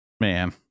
man